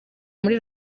muri